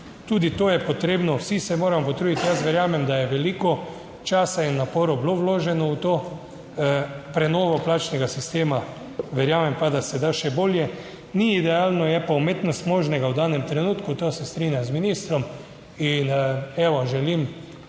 Tudi to je potrebno. Vsi se moramo potruditi, jaz verjamem, da je veliko časa in naporov bilo vloženo v to prenovo plačnega sistema, verjamem pa, da se da še bolje, ni idealno, je pa umetnost možnega v danem trenutku, to se strinjam z ministrom in evo, želim